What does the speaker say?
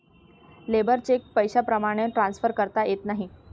labour cheque पैशाप्रमाणे transfer करता येत नाही